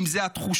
אם זאת התחושה,